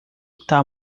tal